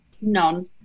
None